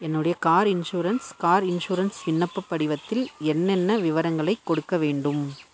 என்னுடைய car insurance car insurance விண்ணப்பப் படிவத்தில் என்னென்ன விவரங்களைக் கொடுக்க வேண்டும்